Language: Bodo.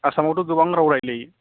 आसामावथ' गोबां राव रायलायो